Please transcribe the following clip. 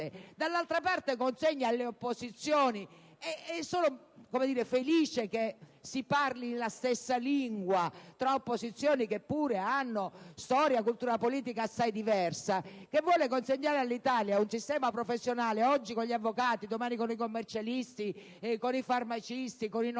C'è quindi un'opposizione - e sono felice che si parli la stessa lingua tra forze di opposizione che pure hanno storia e cultura politica assai diverse - che vuole consegnare all'Italia un sistema professionale (oggi con gli avvocati, domani con i commercialisti o con i farmacisti o con i notai)